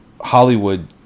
Hollywood